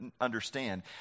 understand